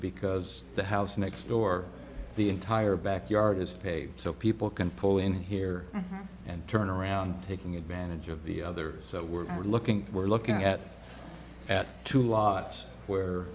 because the house next door the entire back yard is paved so people can pull in here and turn around taking advantage of the other so we're looking we're looking at at two lots where